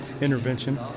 intervention